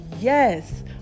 yes